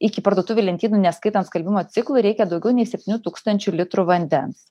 iki parduotuvių lentynų neskaitant skalbimo ciklų reikia daugiau nei septynių tūkstančių litrų vandens